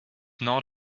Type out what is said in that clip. not